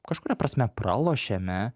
kažkuria prasme pralošiame